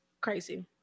Crazy